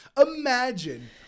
Imagine